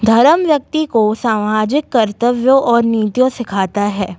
धर्म व्यक्ति को सामाजिक कर्तव्यों और नीतियाँ सिखाता है